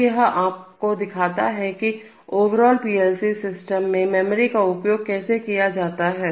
तो यह आपको दिखाता है की ओवरऑल पीएलसी सिस्टम में मेमोरी का उपयोग कैसे किया जाता है